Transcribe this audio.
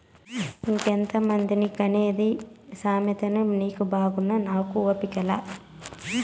ఇంకెంతమందిని కనేది సామలతిని నీకు బాగున్నా నాకు ఓపిక లా